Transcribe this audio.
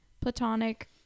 Platonic